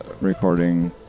recording